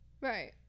Right